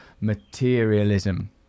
materialism